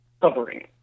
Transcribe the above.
covering